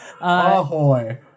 Ahoy